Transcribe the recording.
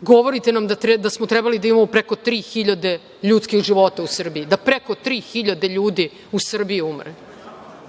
govorite nam da smo trebali da imamo preko 3000 ljudskih života u Srbiji, da preko 3000 ljudi u Srbiji umre. Hvala